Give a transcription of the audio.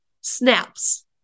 snaps